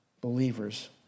believers